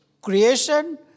creation